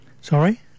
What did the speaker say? sorry